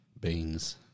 beans